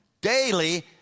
Daily